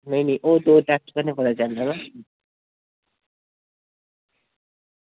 नेईं नेईं ओह् दौ टेस्ट कन्नै पता चलना न